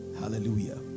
Hallelujah